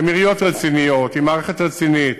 הן עיריות רציניות עם מערכת רצינית.